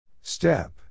Step